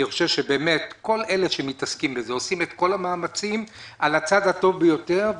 אני חושב שכל אלה שמתעסקים בזה עושים את כל המאמצים על הצד הטוב ביותר,